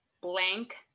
Blank